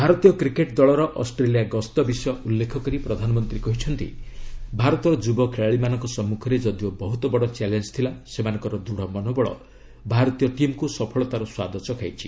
ଭାରତୀୟ କ୍ରିକେଟ୍ ଦଳର ଅଷ୍ଟ୍ରେଲିଆ ଗସ୍ତ ବିଷୟ ଉଲ୍ଲେଖ କରି ପ୍ରଧାନମନ୍ତ୍ରୀ କହିଛନ୍ତି ଭାରତ ଯୁବ ଖେଳାଳିମାନଙ୍କ ସମ୍ମୁଖରେ ଯଦିଓ ବହୁତ ବଡ଼ ଚ୍ୟାଲେଞ୍ ଥିଲା ସେମାନଙ୍କର ଦୃଢ଼ ମନୋବଳ ଭାରତୀୟ ଟିମ୍କୁ ସଫଳତାର ସ୍ୱାଦ ଚଖାଇଛି